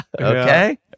Okay